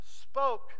spoke